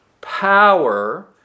power